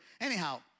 anyhow